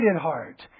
heart